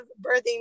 birthing